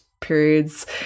periods